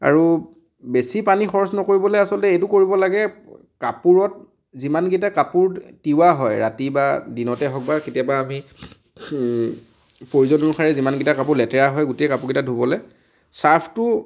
আৰু বেছি পানী খৰচ নকৰিবলৈ আচলতে এইটো কৰিব লাগে কাপোৰত যিমান কেইটা কাপোৰ তিওৱা হয় ৰাতি বা দিনতে হওক বা কেতিয়াবা আমি প্ৰয়োজন অনুসাৰে যিমান কেইটা কাপোৰ লেতেৰা হয় গোটেই কাপোৰকেইটা ধুবলৈ চাৰ্ফটো